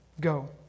Go